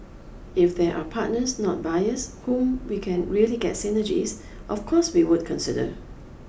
if there are partners not buyers whom we can really get synergies of course we would consider